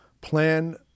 plan